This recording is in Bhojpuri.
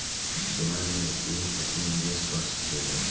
सोना मे केहू केतनो निवेस कर सकेले